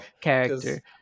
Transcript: character